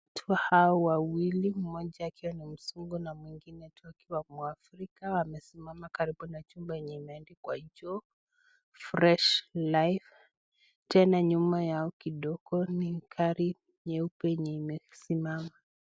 Watu hawa wawili, mmoja akiwa ni mzungu na mwingine tu akiwa Mwafrika, wamesimama karibu na chumba yenye imeandikwa juu, Fresh Life . Tena nyuma yao kidogo ni gari nyeupe yenye imesimama.